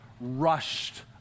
rushed